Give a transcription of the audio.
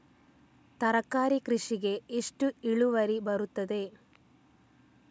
ತರಕಾರಿ ಕೃಷಿಗೆ ಎಷ್ಟು ಇಳುವರಿ ಬರುತ್ತದೆ?